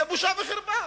זו בושה וחרפה